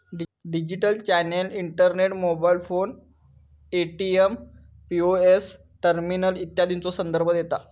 digital channel internet, mobile phone, ATM, POS terminal इत्यादीचो संदर्भ देता